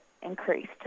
Increased